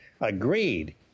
agreed